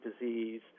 disease